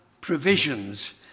provisions